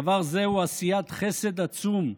דבר זה הוא עשיית חסד עצום,